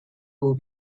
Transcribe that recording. will